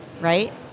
right